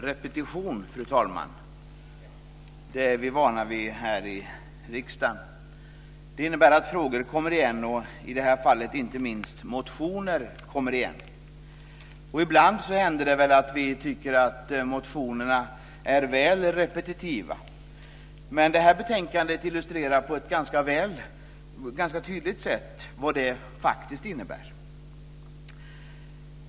Fru talman! Repetition är vi vana vid här i riksdagen. Det innebär att frågor kommer igen. I det här fallet är det inte minst motioner som kommer igen. Ibland händer det väl att vi tycker att motionerna är väl repetitiva. Men det här betänkandet illustrerar på ett ganska tydligt sätt vad det faktiskt innebär.